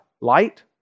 light